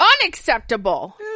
Unacceptable